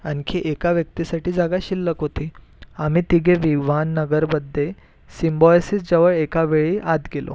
आणखी एका व्यक्तीसाठी जागा शिल्लक होती आम्ही तिघे विव्हान नगर मध्ये सिम्बायोसिस जवळ एका वेळी आत गेलो